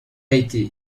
été